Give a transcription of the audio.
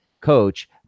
coach